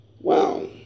Wow